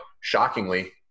shockingly